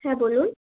হ্যাঁ বলুন